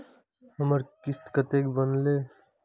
हमर किस्त कतैक बनले?